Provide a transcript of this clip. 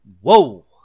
whoa